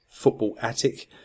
footballattic